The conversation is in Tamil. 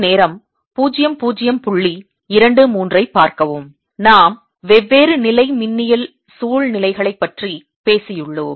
நாம் வெவ்வேறு நிலைமின்னியல் சூழ்நிலைகள் பற்றி பேசியுள்ளோம்